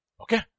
okay